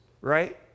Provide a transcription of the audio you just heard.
Right